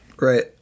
Right